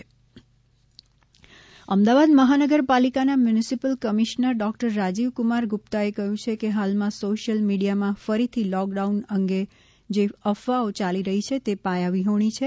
રાજીવ કુમાર ગુપ્તા અમદાવાદ મહાનગરપાલિકાના અધિક મુખ્ય સચિવ ડોક્ટર રાજીવકુમાર ગુપ્તાએ કહ્યુ છે કે હાલમાં સોશિયલ મિડીયામાં ફરીથી લોકડાઉન અંગે જે અફવાઓ યાલી રહી છે તે પાયાવિહોણી છે